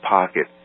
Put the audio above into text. Pocket